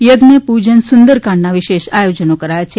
યજ્ઞ પૂજન સુંદરકાંડના વિશેષ આયોજનો કરાયા છે